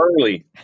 Early